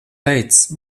teicis